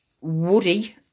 woody